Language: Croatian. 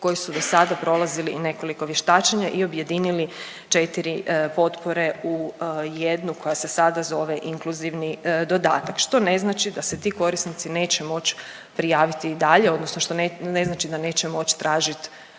koji su do sada prolazili i nekoliko vještačenja i objedinili 4 potpore u jednu koja se sada zove inkluzivni dodatak, što ne znači da se ti korisnici neće moći prijaviti i dalje, odnosno što ne znači da neće moći tražiti